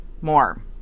more